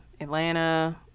Atlanta